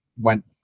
went